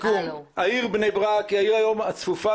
העיר בני ברק היא היום העיר הצפופה